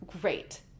great